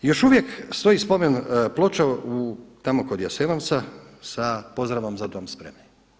Još uvijek stoji spomen ploča tamo kod Jasenovca sa pozdravom „Za dom spremni“